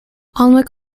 alnwick